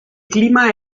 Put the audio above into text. clima